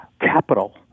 capital